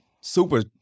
super